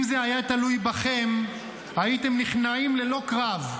אם זה היה תלוי בכם הייתם נכנעים ללא קרב,